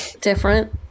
different